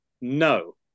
No